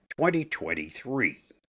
2023